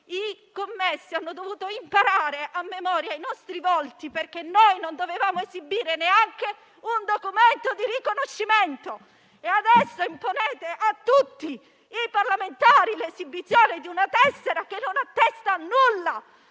parlamentari hanno dovuto imparare a memoria i nostri volti, perché noi non dovevamo esibire neanche un documento di riconoscimento, e adesso imponete a tutti i parlamentari l'esibizione di una tessera che non attesta nulla,